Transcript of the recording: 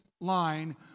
line